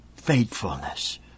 faithfulness